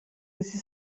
bizi